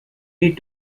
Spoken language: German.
die